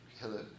Hello